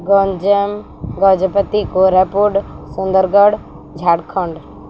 Ganjam Gajapati Koraput Sundargarh Jharkhand